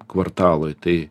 kvartalui tai